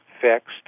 fixed